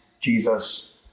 Jesus